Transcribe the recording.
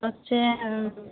হচ্ছে